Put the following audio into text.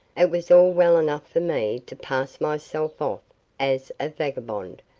it was all well enough for me to pass myself off as a vagabond,